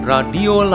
Radio